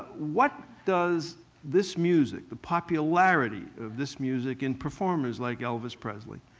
what does this music, the popularity of this music and performers like elvis presley,